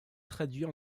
traduits